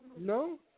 no